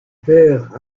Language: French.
père